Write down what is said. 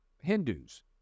Hindus